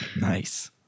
Nice